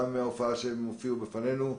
גם מההופעה שהם הופיעו בפנינו,